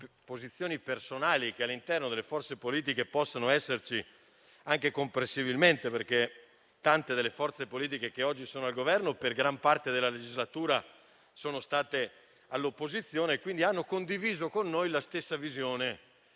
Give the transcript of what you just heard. posizioni personali che, all'interno delle forze politiche, possono esserci, anche comprensibilmente. Tante forze politiche che oggi sono al Governo, per gran parte della legislatura sono state all'opposizione e, quindi, hanno condiviso con noi la stessa visione